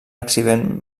accident